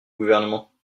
gouvernement